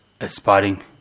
aspiring